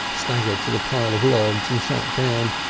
staggered to the pile of logs and sat down.